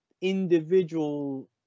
individual